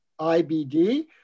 IBD